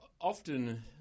often